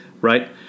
Right